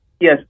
Yes